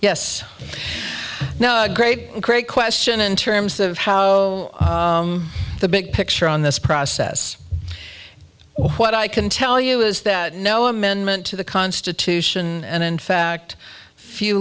yes no great great question in terms of how the big picture on this process what i can tell you is that no amendment to the constitution and in fact